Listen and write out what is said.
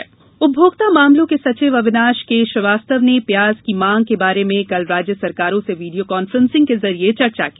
प्याज उपभोक्ता मामलों के सचिव अविनाश के श्रीवास्तव ने प्याज की मांग के बारे में कल राज्य सरकारों से वीडियो कांफ्रेंसिंग के जरिए चर्चा की